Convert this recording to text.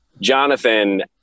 Jonathan